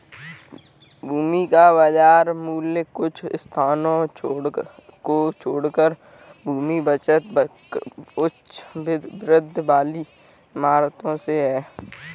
भूमि का बाजार मूल्य कुछ स्थानों को छोड़कर भूमि बचत उच्च वृद्धि वाली इमारतों से है